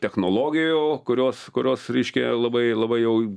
technologijų kurios kurios reiškia labai labai jau